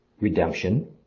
redemption